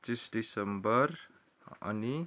पच्चिस डिसम्बर अनि